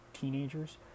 teenagers